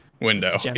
window